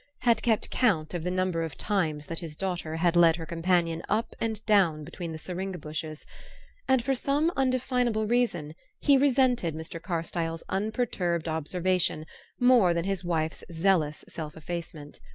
had kept count of the number of times that his daughter had led her companion up and down between the syringa-bushes and for some undefinable reason he resented mr. carstyle's unperturbed observation more than his wife's zealous self-effacement.